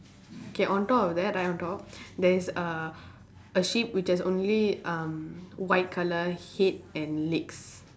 K on top of that like on top there is uh a sheep which has only um white colour head and legs